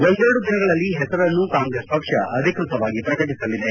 ಒಂದೆರೆಡು ದಿನಗಳಲ್ಲಿ ಹೆಸರನ್ನು ಕಾಂಗ್ರೆಸ್ ಪಕ್ಷ ಅಧಿಕೃತವಾಗಿ ಪ್ರಕಟಸಲಿದೆ